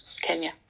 Kenya